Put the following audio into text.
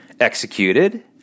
executed